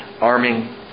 Arming